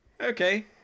Okay